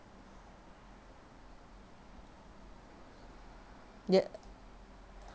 ya